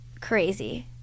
crazy